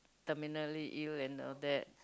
terminally ill and all that